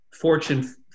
Fortune